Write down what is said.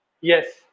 Yes